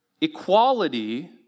equality